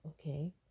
okay